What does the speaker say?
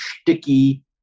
sticky